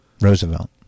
Roosevelt